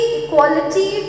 equality